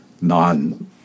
non